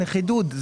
חידוד.